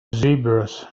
zebras